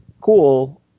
Cool